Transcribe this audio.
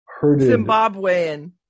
Zimbabwean